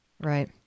Right